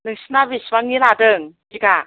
नोंसिना बेसेबांनि लादों बिगा